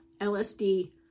LSD